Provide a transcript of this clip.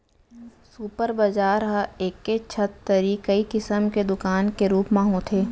super बजार ह एके छत तरी कई किसम के दुकान के रूप म होथे